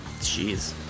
Jeez